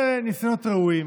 אלה ניסיונות ראויים